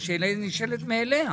אז השאלה נשאלת מאליה,